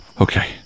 Okay